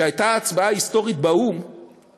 כשהייתה ההצבעה ההיסטורית באו"ם